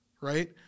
right